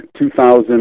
2000